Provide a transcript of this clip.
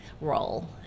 role